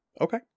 Okay